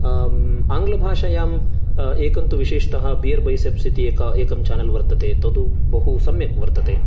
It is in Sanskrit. आङ्ग्लभाषायाम् एकं तु विशेषतः बियर् बैसेप्स् इति एक एकं चेनल् वर्तते तत् बहु सम्यक् वर्तते